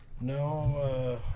No